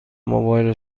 موبایل